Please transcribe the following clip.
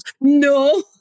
No